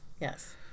yes